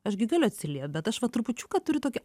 aš gi galiu atsiliept bet aš va trupučiuką turiu tokį